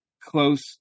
close